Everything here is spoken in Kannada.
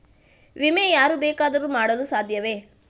ವಿಮೆ ಯಾರು ಬೇಕಾದರೂ ಮಾಡಲು ಸಾಧ್ಯವೇ?